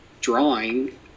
drawing